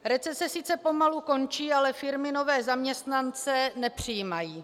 Recese sice pomalu končí, ale firmy nové zaměstnance nepřijímají.